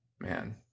Man